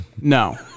No